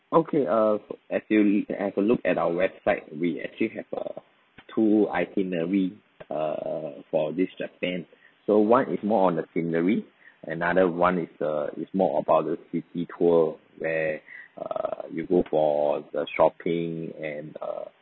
okay err as you uh have a look at our website we actually have a two itinerary err err for this japan so one is more on the scenery another [one] is err it's more about the city tour where err you go for the shopping and err